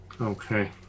okay